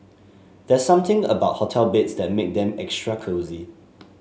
there's something about hotel beds that make them extra cosy